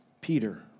Peter